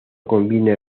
conviene